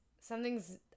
something's